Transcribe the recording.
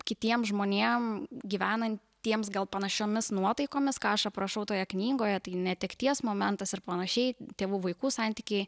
kitiem žmonėm gyvenantiems gal panašiomis nuotaikomis ką aš aprašau toje knygoje tai netekties momentas ir panašiai tėvų vaikų santykiai